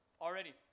already